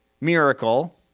miracle